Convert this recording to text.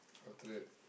after that